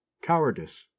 cowardice